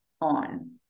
on